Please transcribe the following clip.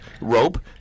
rope